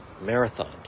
Marathon